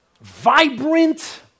vibrant